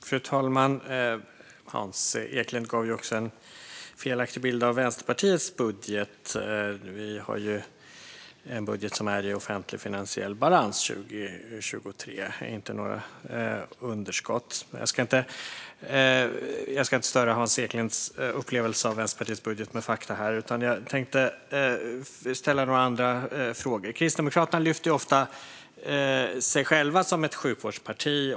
Fru talman! Hans Eklind gav en felaktig bild också av Vänsterpartiets budget. Vi har en budget som är i offentlig finansiell balans 2023 och inte några underskott. Men jag ska inte störa Hans Eklinds upplevelse av Vänsterpartiets budget med fakta här, utan jag tänkte ställa några andra frågor. Kristdemokraterna lyfter ofta fram sig själva som ett sjukvårdsparti.